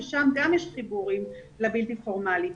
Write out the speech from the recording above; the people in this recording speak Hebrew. ששם גם יש חיבורים לבלתי פורמלי,